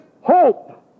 hope